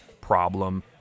problem